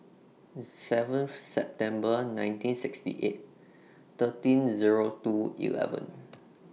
seven September nineteen sixty eight thirteen Zero two eleven